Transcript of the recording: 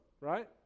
right